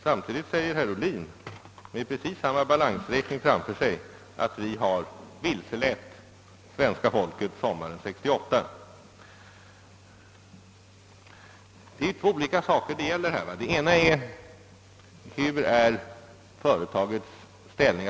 Samtidigt säger herr Ohlin med precis samma balansräkning framför sig, att vi vilseledde svenska folket sommaren 1968. Det gäller två olika problem. Det ena avser företagets ställning.